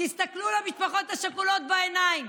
תסתכלו למשפחות השכולות בעיניים